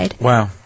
Wow